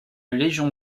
légion